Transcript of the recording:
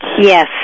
Yes